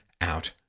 out